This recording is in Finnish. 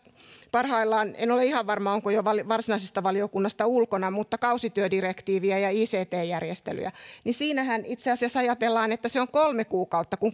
parhaillaan olevaa en ole ihan varma onko jo varsinaisesta valiokunnasta ulkona kausityödirektiiviä ja ict järjestelyjä niin siinähän itse asiassa ajatellaan että se on kolme kuukautta jonka